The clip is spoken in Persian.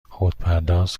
خودپرداز